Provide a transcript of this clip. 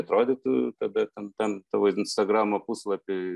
atrodytų tada ten tam tavo instagramo puslapy